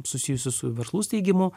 susijusių su verslų steigimu